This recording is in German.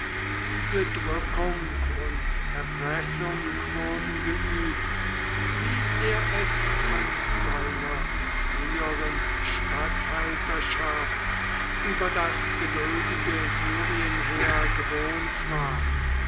bedrückung und erpressung wurden geübt wie er es von seiner früheren statthalterschaft über das geduldige syrien her gewohnt war